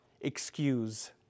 excuse